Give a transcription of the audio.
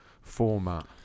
format